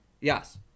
Yes